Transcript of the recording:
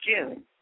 June